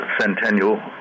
centennial